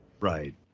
Right